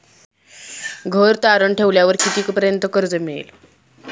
घर तारण ठेवल्यावर कितीपर्यंत कर्ज मिळेल?